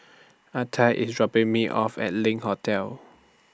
Artie IS dropping Me off At LINK Hotel